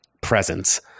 presence